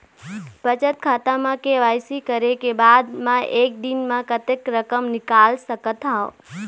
बचत खाता म के.वाई.सी करे के बाद म एक दिन म कतेक रकम निकाल सकत हव?